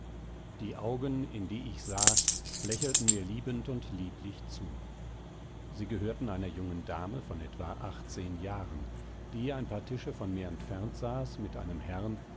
die augen in die ich sah lächelten mir liebend und lieblich zu sie gehörten einer jungen dame von etwa achtzehn jahren die ein paar tische von mir entfernt saß mit einem herrn